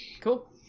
Cool